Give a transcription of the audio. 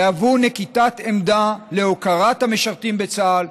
יהוו נקיטת עמדה להוקרת המשרתים בצה"ל,